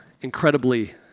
incredibly